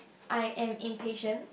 I am impatient